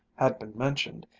had been mentioned,